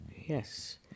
yes